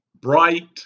bright